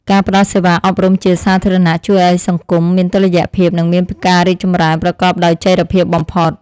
ការផ្តល់សេវាអប់រំជាសាធារណៈជួយឱ្យសង្គមមានតុល្យភាពនិងមានការរីកចម្រើនប្រកបដោយចីរភាពបំផុត។